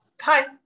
hi